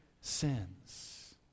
sins